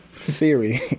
Siri